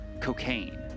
cocaine